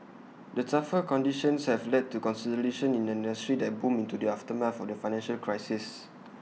the tougher conditions have led to consolidation in an industry that boomed in the aftermath for the financial crisis